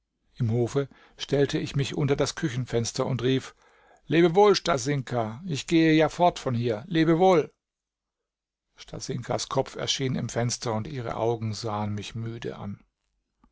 im hofe stellte ich mich unter das küchenfenster und rief lebewohl stasinka ich gehe ja fort von hier lebewohl stasinkas kopf erschien im fenster und ihre augen sahen mich müde an